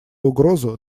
угрозу